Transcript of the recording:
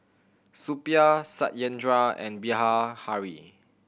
Suppiah Satyendra and